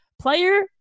player –